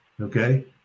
okay